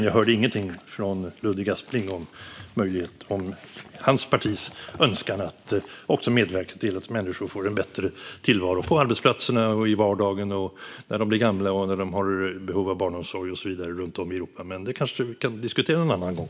Jag hörde ingenting från Ludvig Aspling om hans partis önskan att medverka till att människor får en bättre tillvaro på arbetsplatserna, i vardagen, när de blir gamla och när de har behov av barnomsorg och så vidare runt om i Europa. Men det kanske vi kan diskutera en annan gång.